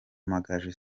amagaju